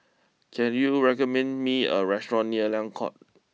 can you recommend me a restaurant near Liang court